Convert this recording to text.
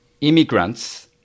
immigrants